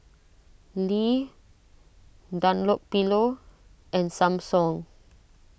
Lee Dunlopillo and Samsung